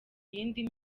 yindi